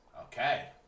Okay